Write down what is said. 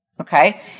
okay